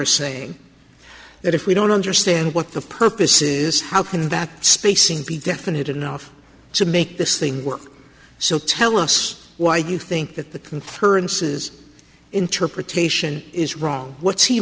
saying that if we don't understand what the purpose is how can that spacing be definite enough to make this thing work so tell us why you think that the third says interpretation is wrong what's he